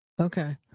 Okay